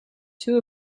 two